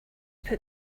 put